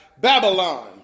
Babylon